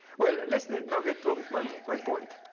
well, let's now get to um my my point.